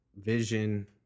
Vision